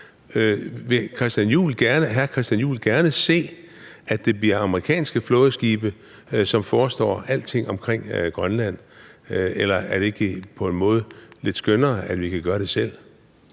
Vil hr. Christian Juhl gerne se, at det bliver amerikanske flådeskibe, som forestår alting omkring Grønland? Eller er det ikke på en måde lidt skønnere, at vi kan gøre det selv?